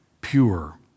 pure